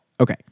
Okay